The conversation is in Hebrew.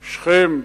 שכם,